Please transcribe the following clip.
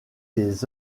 des